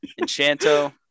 enchanto